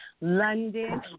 London